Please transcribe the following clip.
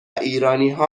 ایرانیها